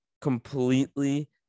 Completely